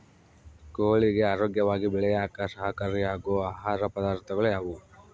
ಕೋಳಿಗೆ ಆರೋಗ್ಯವಾಗಿ ಬೆಳೆಯಾಕ ಸಹಕಾರಿಯಾಗೋ ಆಹಾರ ಪದಾರ್ಥಗಳು ಯಾವುವು?